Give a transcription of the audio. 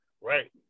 Right